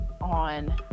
on